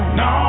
no